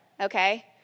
okay